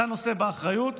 אתה נושא באחריות,